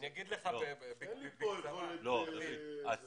אין לי פה יכולת, וזה מה שאני מתכוון בסמכות.